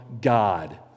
God